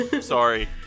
sorry